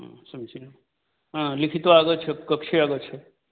समीचीनम् आ लिखित्वा आगच्छ कक्षे आगच्छ